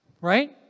Right